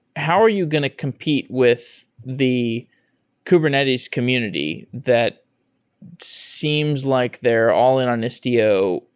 how are you going to compete with the kubernetes community that seems like they're all-in on istio,